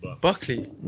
Buckley